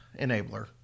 Enabler